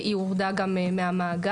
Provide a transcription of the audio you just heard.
היא הורדה גם מהמאגר.